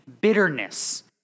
bitterness